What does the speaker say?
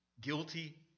guilty